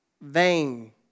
vain